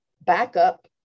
backup